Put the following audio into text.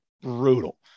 Brutal